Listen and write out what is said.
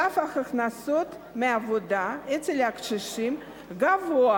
סף ההכנסות מעבודה אצל הקשישים גבוה